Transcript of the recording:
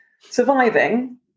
surviving